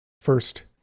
first